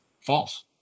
false